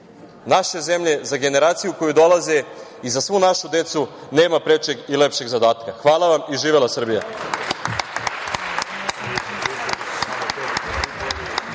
naše zemlje za generacije koje dolaze i za svu našu decu nema prečeg i lepšeg zadatka. Hvala vam i živela Srbija.